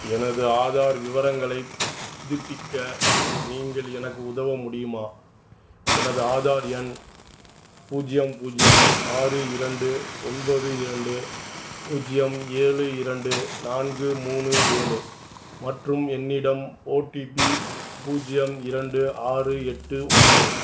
எனது ஆதார் விவரங்களைப் புதுப்பிக்க நீங்கள் எனக்கு உதவ முடியுமா எனது ஆதார் எண் பூஜ்ஜியம் பூஜ்ஜியம் ஆறு இரண்டு ஒன்பது இரண்டு பூஜ்ஜியம் ஏழு இரண்டு நான்கு மூணு ஏழு மற்றும் என்னிடம் ஓடிபி பூஜ்ஜியம் இரண்டு ஆறு எட்டு உள்ளது